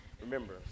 Remember